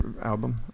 album